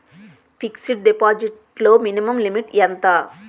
Fixed deposit లో minimum limit ఎంత?